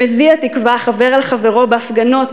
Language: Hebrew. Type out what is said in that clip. שמביע תקווה חבר אל חברו בהפגנות,